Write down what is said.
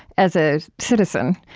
as a citizen,